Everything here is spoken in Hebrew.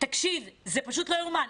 זה פשוט לא יאומן,